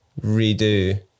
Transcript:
redo